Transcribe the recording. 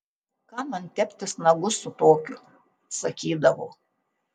kam man teptis nagus su tokiu sakydavo